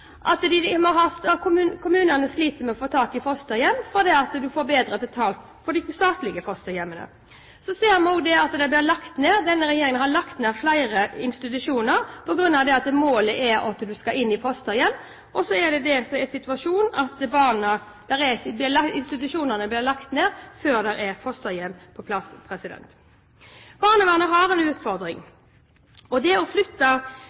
om de skal være hos fosterfamilier. Vi ser at kommunene sliter med å få tak i fosterhjem fordi man får bedre betalt for de statlige fosterhjemmene. Vi ser også at denne regjeringen har lagt ned flere institusjoner på grunn av at målet er at man skal inn i fosterhjem. Det som er situasjonen, er at institusjonene blir lagt ned før det er fosterhjem på plass. Barnevernet har en utfordring, og det er ikke sikkert at det rette var å flytte